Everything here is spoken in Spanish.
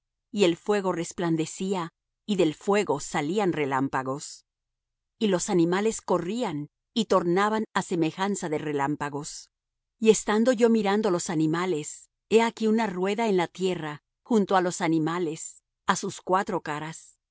y el fuego resplandecía y del fuego salían relámpagos y los animales corrían y tornaban á semejanza de relámpagos y estando yo mirando los animales he aquí una rueda en la tierra junto á los animales á sus cuatro caras